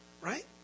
right